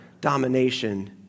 domination